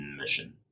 mission